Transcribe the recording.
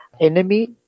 enemy